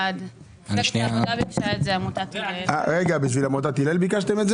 ביקשתם את זה בשביל עמותת הלל?